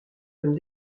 comme